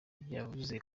yavuze